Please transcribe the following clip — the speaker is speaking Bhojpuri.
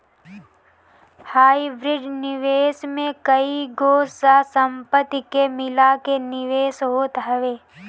हाइब्रिड निवेश में कईगो सह संपत्ति के मिला के निवेश होत हवे